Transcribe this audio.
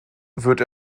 wird